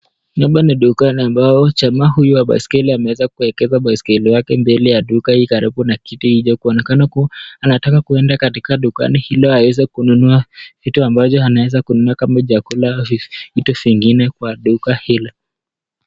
Hapa ni duka ambalo jamaa huyu wa baiskeli ameweza kuegesha baiskeli wake mbele ya duka hii karibu na kiti iliyoko ,kuonekana kuwa anataka kuenda katika duka hilo ili aweze kununua vitu ambazo anaweza kununua kama chakula au vitu vingine kwa duka hilo.